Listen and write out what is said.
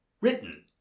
written